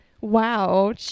wow